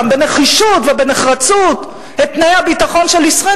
בנחישות ובנחרצות את תנאי הביטחון של ישראל,